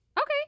Okay